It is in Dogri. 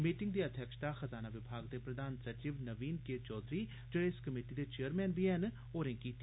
मीटिंग दी अध्यक्षता खजाना विभाग दे प्रधान सचिव नवीन के चौघरी जेह्डे इस कमेटी दे चेयरमैन बी ऐन होरें कीती